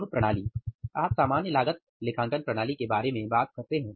अब प्रणाली आप सामान्य लागत लेखांकन प्रणाली के बारे में बात करते हैं